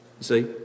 See